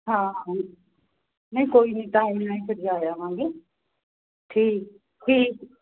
ਹਾਂ ਨਹੀਂ ਕੋਈ ਨਹੀਂ ਟਾਈਮ ਨਾਲ ਹੀ ਫਿਰ ਜਾ ਆਵਾਂਗੇ ਠੀਕ ਠੀਕ